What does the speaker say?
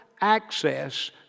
access